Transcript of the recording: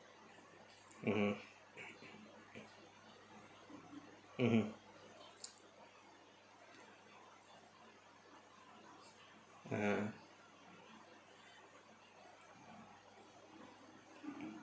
mmhmm mmhmm (uh huh)